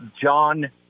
John